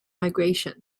migration